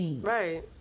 Right